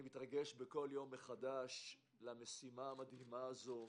אני מתרגש כל יום מחדש למשימה המדהימה הזאת,